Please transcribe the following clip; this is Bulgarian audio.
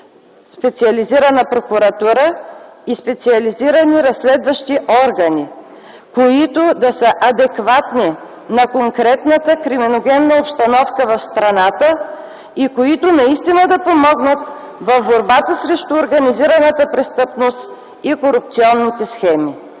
специализирана прокуратура и специализирани разследващи органи, които да са адекватни на конкретната криминогенна обстановка в страната и които наистина да помогнат в борбата срещу организираната престъпност и корупционните схеми.